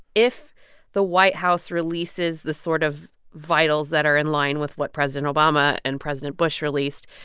if the white house releases the sort of vitals that are in line with what president obama and president bush released,